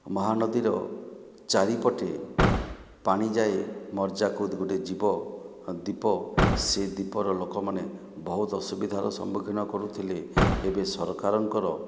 ମହାନଦୀର ଚାରିପଟେ ପାଣି ଯାଇ ମର୍ଯ୍ୟାକୁଦକୁ ଯିବ ଦ୍ଵୀପ ସେହି ଦ୍ୱୀପର ଲୋକମାନେ ବହୁତ ଅସୁବିଧାର ସମ୍ମୁଖୀନ କରୁଥିଲେ ଏବେ ସରକାରଙ୍କର